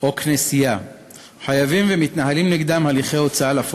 לקריאה ראשונה.